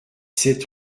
sept